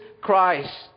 Christ